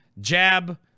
Jab